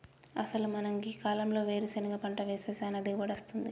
అసలు మనం గీ కాలంలో వేరుసెనగ పంట వేస్తే సానా దిగుబడి అస్తుంది